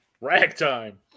Ragtime